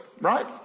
right